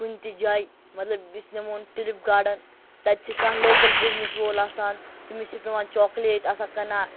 کُنہِ تہِ جایہِ مَطلَب أسۍ نِمون ٹیولِپ گاڈَن تَتہِ چھُ کانٛہہ لوکَل بِزنِس وول آسان تٔمِس چھِ پیٚوان چاکلیٹ آسان کَنا